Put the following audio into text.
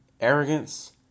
Arrogance